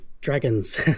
dragons